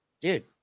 dude